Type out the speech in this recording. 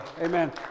Amen